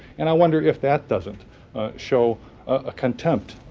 and i wonder if that doesn't show a contempt,